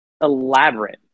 elaborate